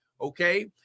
Okay